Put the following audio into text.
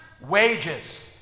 wages